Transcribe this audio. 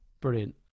brilliant